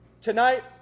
Tonight